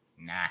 Nah